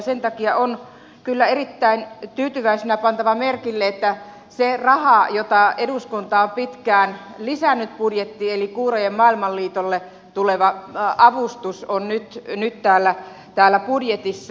sen takia on kyllä erittäin tyytyväisenä pantava merkille koskien sitä rahaa jota eduskunta on pitkään lisännyt budjettiin että kuurojen maailmanliitolle tuleva avustus on nyt täällä budjetissa